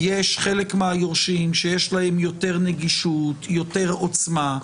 לחלק מהיורשים יש יותר נגישות ויותר עוצמה.